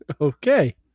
Okay